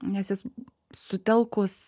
nes jis sutelkus